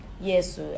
yes